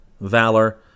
valor